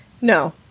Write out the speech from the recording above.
No